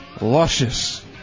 luscious